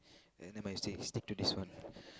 uh never mind you stick stick to this one